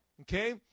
Okay